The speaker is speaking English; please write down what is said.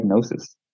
diagnosis